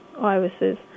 irises